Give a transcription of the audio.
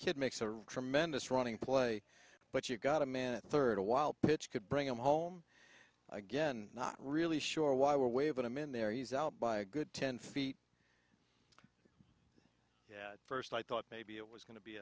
kid makes a tremendous running play but you've got a man a third a wild pitch could bring him home again not really sure why we're waving him in there he's out by a good ten feet first i thought maybe it was going to be